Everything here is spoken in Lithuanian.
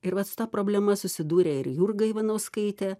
ir vat su ta problema susidūrė ir jurga ivanauskaitė